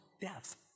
death